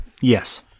Yes